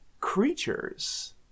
creatures